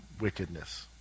wickedness